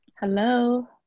Hello